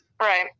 Right